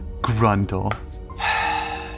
Grundle